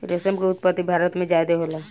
रेशम के उत्पत्ति भारत में ज्यादे होला